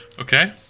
okay